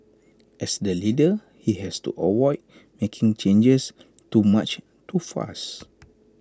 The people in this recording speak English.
as the leader he has to avoid making changes too much too fast